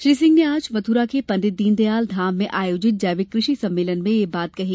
श्री सिंह ने आज मथुरा के पंडित दीनदयाल धाम में आयोजित जैविक कृषि सम्मेलन में यह बात कही